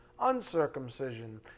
uncircumcision